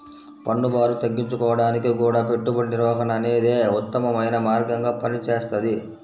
పన్నుభారం తగ్గించుకోడానికి గూడా పెట్టుబడి నిర్వహణ అనేదే ఉత్తమమైన మార్గంగా పనిచేస్తది